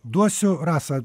duosiu rasa